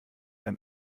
ein